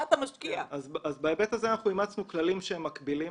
בהיבט הזה אימצנו כללים מקבילים,